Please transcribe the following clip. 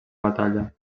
batalla